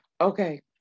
Okay